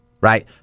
Right